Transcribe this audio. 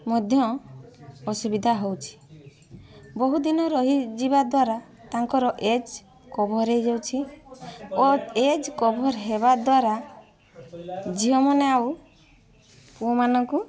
ମଧ୍ୟ ଅସୁବିଧା ହେଉଛି ବହୁଦିନ ରହିଯିବା ଦ୍ୱାରା ତାଙ୍କର ଏଜ୍ କଭର୍ ହୋଇଯାଉଛି ଓ ଏଜ୍ କଭର୍ ହେବାଦ୍ୱାରା ଝିଅମାନେ ଆଉ ପୁଅମାନଙ୍କୁ